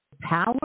power